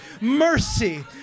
mercy